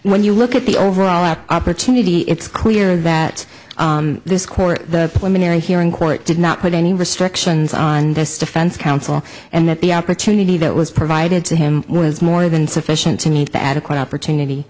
when you look at the overall act opportunity it's clear that this court the women in the hearing court did not put any restrictions on this defense counsel and that the opportunity that was provided to him was more than sufficient to meet the adequate opportunity